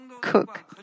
cook